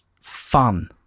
fun